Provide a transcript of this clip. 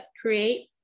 create